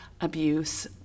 abuse